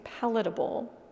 palatable